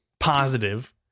Positive